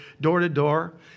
door-to-door